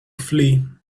flee